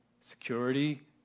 security